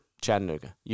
Chattanooga